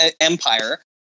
empire